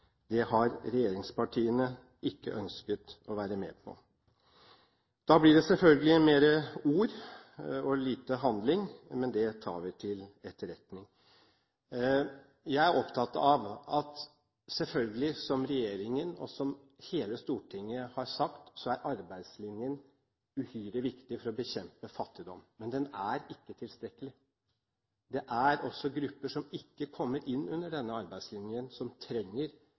Det har regjeringspartiene ikke ønsket å være med på. Da blir det selvfølgelig mer ord og lite handling, men det tar vi til etterretning. Jeg er selvfølgelig opptatt av det som regjeringen og hele Stortinget har sagt, at arbeidslinjen er uhyre viktig for å bekjempe fattigdom. Men den er ikke tilstrekkelig. Det er også grupper som ikke kommer inn under denne arbeidslinjen, som trenger